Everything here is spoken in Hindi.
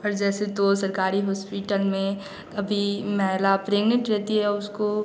और जैसे तो सरकारी हॉस्पिटल में कभी महिला प्रेग्नेंट रहती है उसको